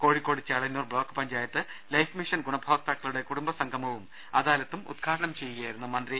Kozhikode Chelannur block panchayat life mission ഗുണഭോക്താക്കളുടെ കുടുംബസംഗമവും അദാലത്തും ഉദ്ഘാടനം ചെയ്യുകയായിരുന്നു മന്ത്രി